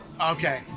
Okay